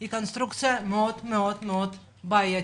זו קונסטרוקציה מאוד בעייתית